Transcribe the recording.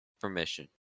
Permission